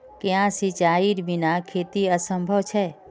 क्याँ सिंचाईर बिना खेत असंभव छै?